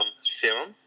serum